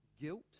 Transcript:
guilt